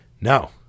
No